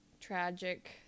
tragic